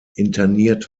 interniert